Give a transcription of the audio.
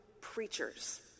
preachers